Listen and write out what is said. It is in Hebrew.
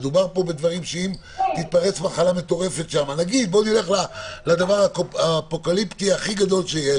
בדברים שאם תתפרץ מחלה מטורפת שם נלך לדבר האפוקליפטי הכי גדול שיש